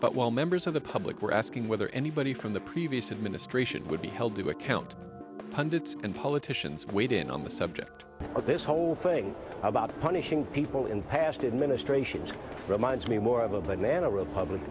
but while members of the public were asking whether anybody from the previous administration would be held to account pundits and politicians weighed in on the subject or this whole thing about punishing people in past administrations reminds me more of a banana republic